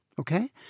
okay